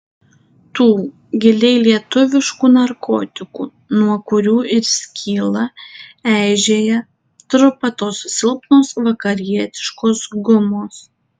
tų giliai lietuviškų narkotikų nuo kurių ir skyla eižėja trupa tos silpnos vakarietiškos gumos